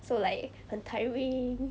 so like 很 tiring